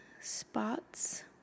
spots